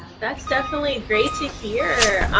that's definitely great to hear,